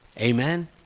Amen